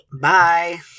Bye